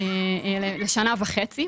לשנה וחצי.